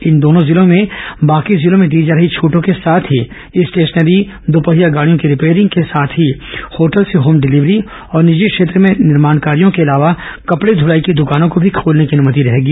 इन दोनों जिलों में बाकी जिलों में दी जा रही छटों के साथ ही स्टेशनरी दोपहिया गाड़ियों की रिपेयरिंग के साथ ही होटल से होम डिलीवरी और निजी क्षेत्र के निर्माण कार्यों के अलावा कपड़े धुलाई की दुकानों को भी खोलने की अनुमति रहेगी